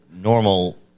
normal